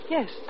Yes